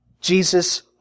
Jesus